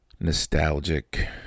nostalgic